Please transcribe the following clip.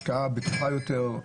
השקעה בטוחה יותר,